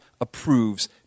approves